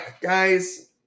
Guys